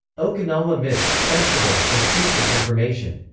okinawa myths, festival, and priestess information.